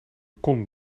kon